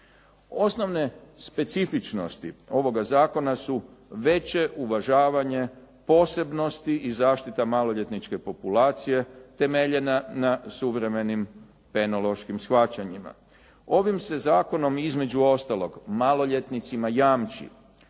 Osnovne specifičnosti ovoga zakona su veće uvažavanje posebnosti i zaštita maloljetničke populacije temeljena na suvremenim penološkim shvaćanjima. Ovim se zakonom između ostalog maloljetnicima jamči